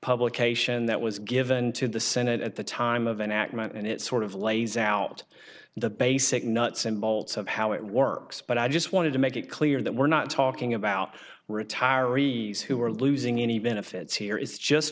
publication that was given to the senate at the time of enactment and it sort of lays out the basic nuts and bolts of how it works but i just wanted to make it clear that we're not talking about retirees who are losing any benefits here is just